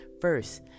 first